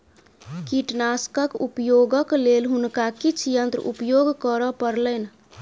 कीटनाशकक उपयोगक लेल हुनका किछ यंत्र उपयोग करअ पड़लैन